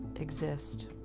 exist